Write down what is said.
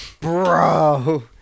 bro